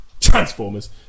Transformers